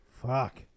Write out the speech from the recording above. fuck